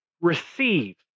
receive